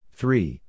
Three